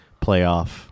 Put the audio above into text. playoff